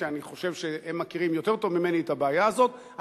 שאני חושב שהם מכירים יותר טוב ממני את הבעיה הזאת,